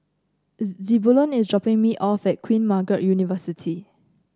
Zebulon is dropping me off at Queen Margaret University